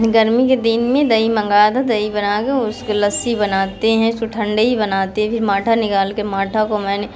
गर्मी के दिन में दही मंगा दो दही बनाके उसको लस्सी बनाते हैं उसको ठंडई बनाते भी माठा निकाल के माठा को मैंने